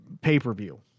pay-per-view